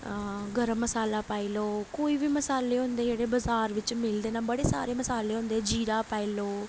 गर्म मसाला पाई लैओ कोई बी मसाले होंदे जेह्ड़े बजार बिच्च मिलदे न बड़े सारे मसाले होंदे जीरा पाई लैओ